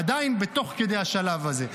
עדיין תוך כדי השלב הזה,